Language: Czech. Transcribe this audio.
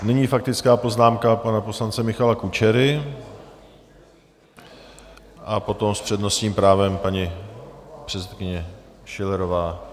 Nyní faktická poznámka pana poslance Michala Kučery, potom s přednostním právem paní předsedkyně Schillerová.